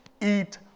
eat